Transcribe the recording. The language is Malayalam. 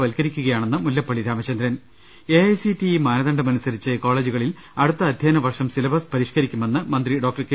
വൽക്കരിക്കുകയാണെന്ന് Mullappally Ramachandran A I C T E മാനദണ്ഡമനുസരിച്ച് കോളേജുകളിൽ അടുത്ത അധ്യയന വർഷം സിലബസ് പരിഷ്കരിക്കുമെന്ന് മന്ത്രി ഡോക്ടർ കെ